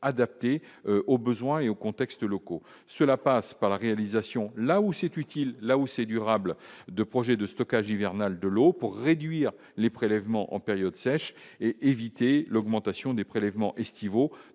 adaptées aux besoins et aux contextes locaux, cela passe par la réalisation là où c'est utile, la hausse est durable, 2 projets de stockage hivernale de l'eau pour réduire les prélèvements en période sèche et éviter l'augmentation des prélèvements estivaux